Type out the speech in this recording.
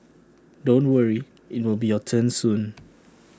don't worry IT will be your turn soon